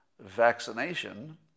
vaccination